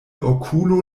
okulo